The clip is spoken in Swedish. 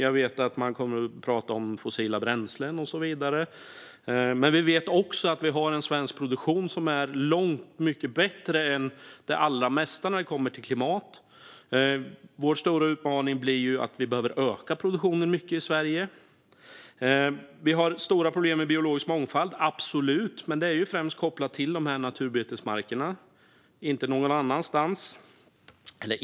Jag vet att man kommer att prata om fossila bränslen och så vidare. Men vi vet också att Sverige har en produktion som är långt mycket bättre än det allra mesta när det gäller klimat. Vår stora utmaning är att vi behöver öka produktionen mycket i Sverige. Vi har stora problem med biologisk mångfald, absolut, men det är främst kopplat till naturbetesmarkerna och inte någon annanstans.